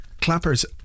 clappers